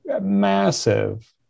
massive